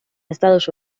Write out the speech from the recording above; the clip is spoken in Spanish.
estados